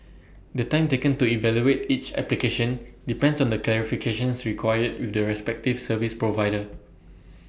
the time taken to evaluate each application depends on the clarifications required with their respective service provider